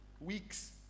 weeks